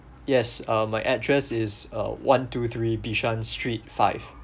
yes uh my address is uh one two three bishan street five